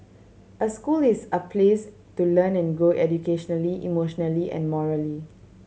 a school is a place to learn and grow educationally emotionally and morally